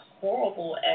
horrible